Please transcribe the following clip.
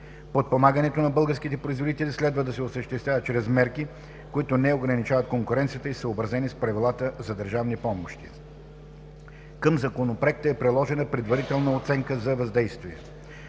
Подпомагането на българските производители следва да се осъществява чрез мерки, които не ограничават конкуренцията и са съобразени и с правилата за държавните помощи. Към Законопроекта е приложена Предварителна оценка на въздействието.